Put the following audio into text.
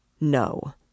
No